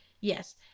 yes